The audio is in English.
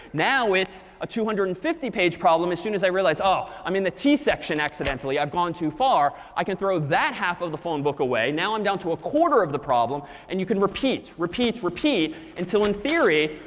now it's a two hundred and fifty page problem. as soon as i realize, oh, i'm in i mean the t section accidentally. i've gone too far. i can throw that half of the phone book away. now, i'm down to a quarter of the problem. and you can repeat, repeat, repeat until, in theory,